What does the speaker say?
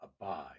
Abide